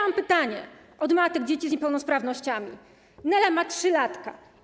Mam pytania od matek dzieci z niepełnosprawnościami: Nela ma 3 latka.